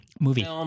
movie